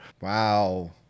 wow